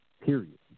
Period